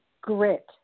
Grit